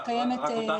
אותך שלחו.